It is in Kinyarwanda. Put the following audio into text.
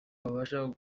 wabasha